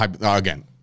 Again